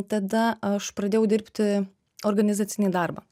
tada aš pradėjau dirbti organizacinį darbą